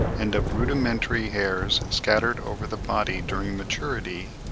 and of rudimentary hairs scattered over the body during maturity,